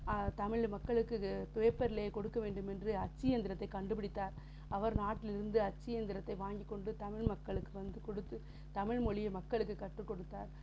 தமிழ் மக்களுக்கு பேப்பர்லேயே கொடுக்க வேண்டும் என்று அச்சு இயந்திரத்தை கண்டுபிடித்தார் அவர் நாட்டிலிருந்து அச்சு இயந்திரத்தை வாங்கிக்கொண்டு தமிழ் மக்களுக்கு வந்து கொடுத்து தமிழ் மொழிய மக்களுக்கு கற்றுக்கொடுத்தார்